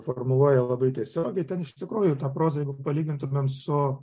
formuluoja labai tiesiogiai ten iš tikrųjų tą prozą palygintumėm su